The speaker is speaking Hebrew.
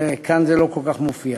וכאן זה לא כל כך מופיע.